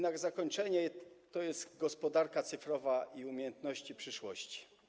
Na zakończenie jest gospodarka cyfrowa i umiejętności przyszłości.